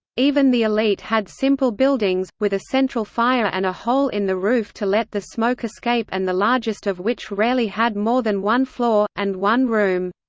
even the elite had simple buildings, with a central fire and a hole in the roof to let the smoke escape and the largest of which rarely had more than one floor, and one room.